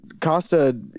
Costa